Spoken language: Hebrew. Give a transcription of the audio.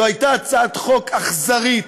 זו הייתה הצעת חוק אכזרית,